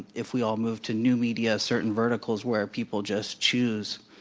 if we all move to new media, certain verticals where people just choose,